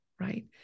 right